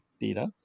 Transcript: data